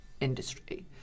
industry